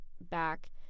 back